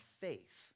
faith